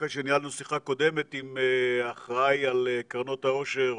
אחרי שניהלנו שיחה קודמת עם האחראי על קרנות העושר,